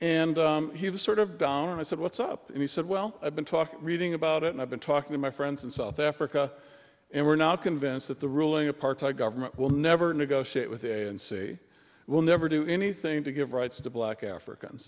and he was sort of down and i said what's up and he said well i've been talking reading about it and i've been talking to my friends in south africa and we're now convinced that the ruling apartheid government will never negotiate with a and c will never do anything to give rights to black african